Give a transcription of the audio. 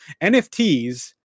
nfts